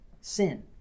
Sin